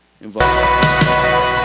involved